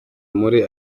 muri